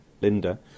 Linda